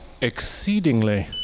exceedingly